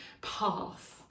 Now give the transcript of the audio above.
path